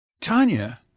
Tanya